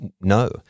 No